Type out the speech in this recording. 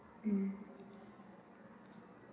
mm